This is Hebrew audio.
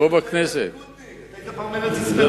פה בכנסת, היית ליכודניק, היית פעם ארץ-ישראל.